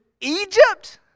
Egypt